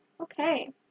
Okay